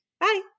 Bye